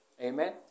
Amen